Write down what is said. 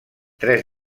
tres